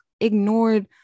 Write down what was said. ignored